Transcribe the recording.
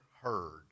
heard